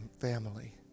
family